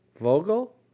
Vogel